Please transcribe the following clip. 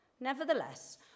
Nevertheless